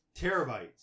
Terabytes